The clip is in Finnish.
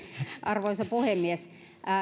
arvoisa puhemies